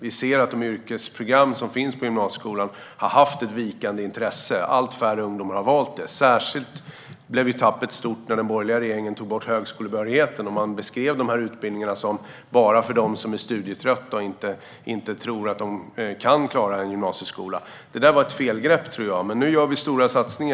Vi ser att det har varit ett vikande intresse för de yrkesprogram som finns på gymnasieskolan. Allt färre ungdomar har valt dem. Särskilt blev tappet stort när den borgerliga regeringen tog bort högskolebehörigheten och beskrev att dessa utbildningar var till för dem som var studietrötta och inte trodde sig klara gymnasieskolan. Det var ett felgrepp, men nu gör vi stora satsningar.